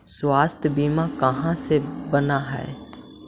स्वास्थ्य बीमा कहा से बना है?